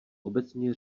obecně